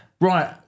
Right